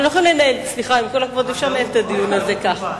נושא החקלאות טופל,